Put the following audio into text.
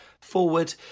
forward